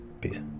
Peace